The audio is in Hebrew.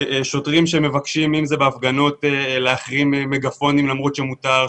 שוטרים שמבקשים בהפגנות להחרים מגפונים למרות שמותר,